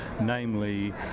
namely